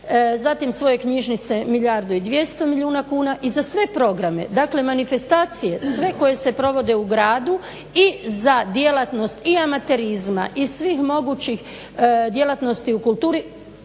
zatim svoj knjižnice milijardu i 200 milijuna kuna i za sve programe, dakle manifestacije sve koje se provode u gradu i za djelatnost i amaterizma i svih mogućih djelatnosti u kulturi